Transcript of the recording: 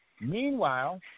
meanwhile